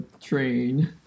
train